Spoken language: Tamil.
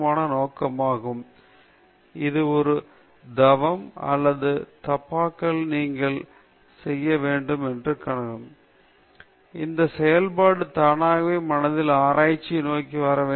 இது தீவிர கவனம் தேவை ஆற்றல் அதை நீங்கள் ஓய்வெடுக்க முடியாது என்று அர்த்தம் இல்லை நீங்கள் ஓய்வெடுக்க முடியும் ஆனால் பொதுவாக ஒரு திசைகாட்டி போலவே எப்போதும் உண்மையான வடக்கில் நோக்கி சுட்டிக்காட்டி எந்த செயல்பாடு தானாகவே மனதில் ஆராய்ச்சி நோக்கி வர வேண்டும் போதெல்லாம்